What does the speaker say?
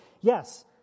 yes